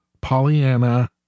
Pollyanna